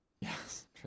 Yes